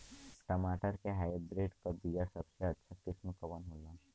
टमाटर के हाइब्रिड क बीया सबसे अच्छा किस्म कवन होला?